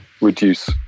reduce